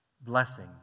blessing